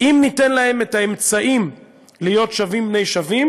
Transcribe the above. אם ניתן להם את האמצעים להיות שווים בני שווים